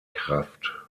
kraft